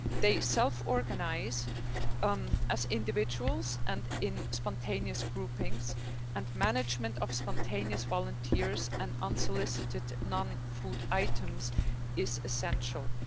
they self organize um as individuals and in spontaneous groupings and management of spontaneous volunteers and unsolicited non-food items is essential.